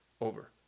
over